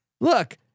Look